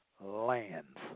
lands